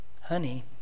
honey